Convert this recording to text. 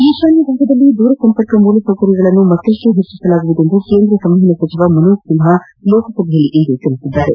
ಈಶಾನ್ಹ ಭಾಗದಲ್ಲಿ ದೂರಸಂಪರ್ಕ ಮೂಲ ಸೌಕರ್ಯಗಳನ್ನು ಮತ್ತಪ್ಪು ಹೆಚ್ಚಿಸಲಾಗುವುದು ಎಂದು ಕೇಂದ್ರ ಸಂವಹನ ಸಚಿವ ಮನೋಜ್ ಸಿನ್ಹಾ ಲೋಕಸಭೆಯಲ್ಲಿಂದು ತಿಳಿಸಿದ್ದಾರೆ